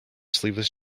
sleeveless